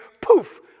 poof